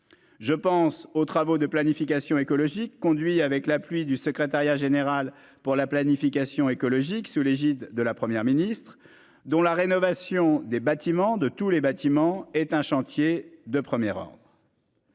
Je pense aux travaux de planification écologique conduit avec la pluie du secrétariat général pour la planification écologique, sous l'égide de la Première ministre dont la rénovation des bâtiments de tous les bâtiments est un chantier de 1er rang.